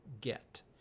get